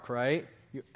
right